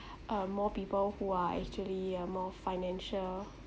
um more people who are actually uh more financial